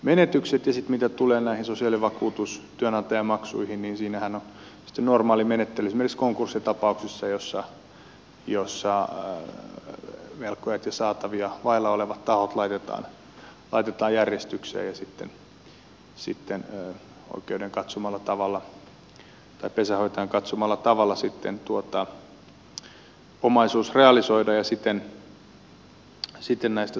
ja sitten mitä tulee näihin sosiaalivakuutus ja työnantajamaksuihin niin siinähän on sitten normaalimenettely esimerkiksi konkurssitapauksissa joissa velkojat ja saatavia vailla olevat tahot laitetaan järjestykseen ja sitten pesänhoitajan katsomalla tavalla omaisuus realisoidaan ja sitten näistä saatavista päästään